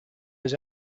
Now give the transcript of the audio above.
was